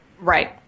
Right